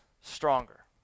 stronger